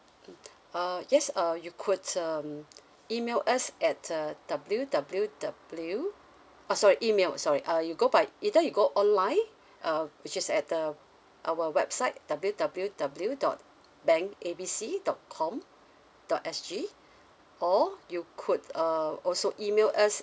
mm uh yes uh you could um email us at the W W W oh sorry email sorry uh you go by either you go online uh which is at the our website W W W dot bank A B C dot com dot S G or you could uh also email us